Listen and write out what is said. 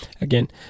Again